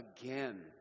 again